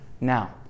now